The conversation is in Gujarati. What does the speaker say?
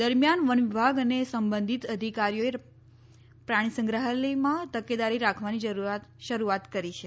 દરમિયાન વનવિભાગ અને સંબંધીત અધિકારીઓએ પ્રાણીસંગ્રાહાલયમાં તકેદારી રાખવાની શરૂઆત કરી છે